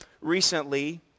Recently